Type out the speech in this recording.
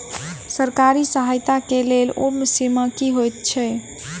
सरकारी सहायता केँ लेल उम्र सीमा की हएत छई?